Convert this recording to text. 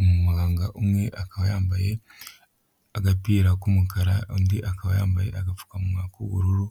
umuganga umwe akaba yambaye agapira k'umukara, undi akaba yambaye agapfukamunwa k'ubururu.